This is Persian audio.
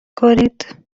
کنید